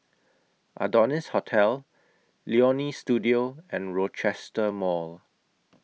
Adonis Hotel Leonie Studio and Rochester Mall